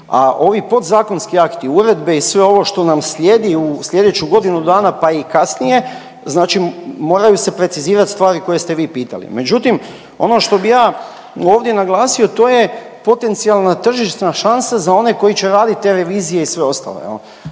a ovi podzakonski akti, uredbe i sve ono što nam slijedi, u sljedeću godinu dana, pa i kasnije, znači moraju se precizirati stvari koje ste vi pitali. Međutim, ono što bi ja ovdje naglasio, to je potencijalna tržišna šansa za one koji će raditi te revizije i sve ostalo,